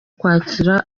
kwakira